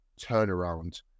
turnaround